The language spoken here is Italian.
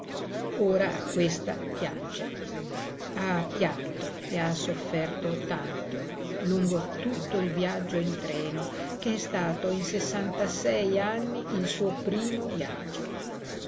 ora questa piange ha pianto e ha sofferto tanto lungo tutto il viaggio in treno che è stato in sessantasei anni il suo primo viaggio